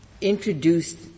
introduced